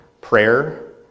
prayer